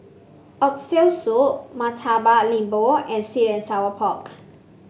Oxtail Soup Murtabak Lembu and sweet and Sour Pork